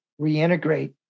reintegrate